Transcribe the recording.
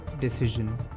decision